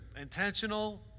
Intentional